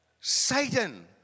Satan